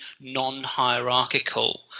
non-hierarchical